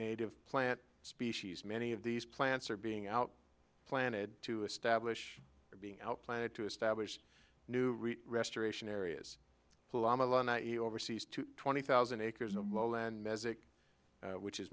native plant species many of these plants are being out planted to establish or being out planted to establish new restoration areas overseas to twenty thousand acres which is